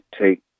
take